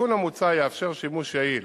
התיקון המוצע יאפשר שימוש יעיל